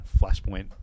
Flashpoint